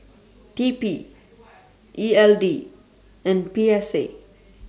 T P E L D and P S A